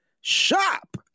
shop